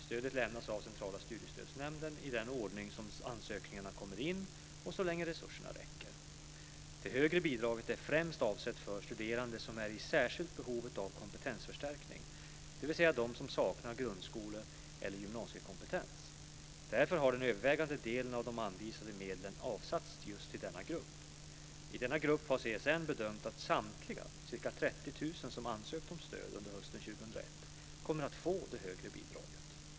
Stödet lämnas av Centrala studiestödsnämnden i den ordning som ansökningarna kommer in och så länge resurserna räcker. Det högre bidraget är främst avsett för studerande som är i särskilt behov av kompetensförstärkning, dvs. de som saknar grundskole eller gymnasiekompetens. Därför har den övervägande delen av de anvisade medlen avsatts just till denna grupp. I denna grupp har CSN bedömt att samtliga ca 30 000 som ansökt om stöd under hösten 2001 kommer att få det högre bidraget.